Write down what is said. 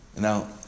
Now